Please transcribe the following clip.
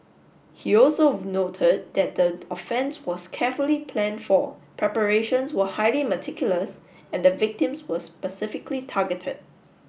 he also noted that the offence was carefully planned for preparations were highly meticulous and the victims were specifically targeted